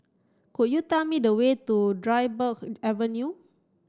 could you tell me the way to Dryburgh Avenue